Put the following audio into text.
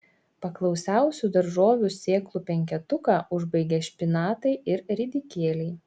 paklausiausių daržovių sėklų penketuką užbaigia špinatai ir ridikėliai